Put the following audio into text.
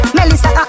Melissa